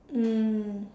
mm